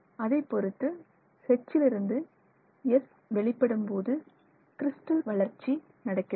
அதை பொருத்து H லிருந்து S வெளிப்படும்போது கிறிஸ்டல் வளர்ச்சி நடக்கிறது